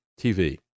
TV